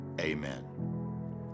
amen